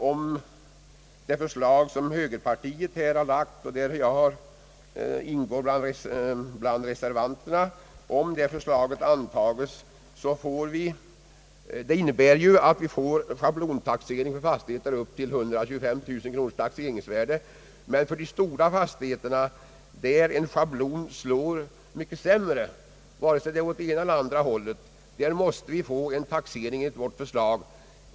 Om det förslag som högerpartiet lagt fram och där jag ingår bland reservanterna antages, innebär det att vi får en schablontaxering för fastigheter på upp till 125 000 kronors taxeringsvärde, men för de stora fastigheterna där en schablon slår mycket sämre, vare sig det är åt ena elier andra hållet, får vi en riktigare taxering enligt vårt förslag.